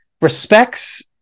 respects